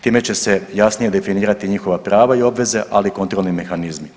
Time će se jasnije definirati njihova prava i obveze ali i kontrolni mehanizmi.